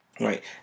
Right